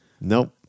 Nope